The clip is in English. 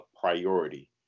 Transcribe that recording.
priority